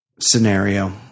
scenario